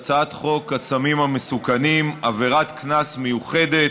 הצעת חוק הסמים המסוכנים (עבירת קנס מיוחדת,